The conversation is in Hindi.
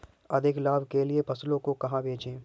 अधिक लाभ के लिए फसलों को कहाँ बेचें?